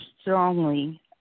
strongly